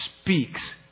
speaks